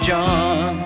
John